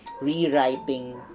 rewriting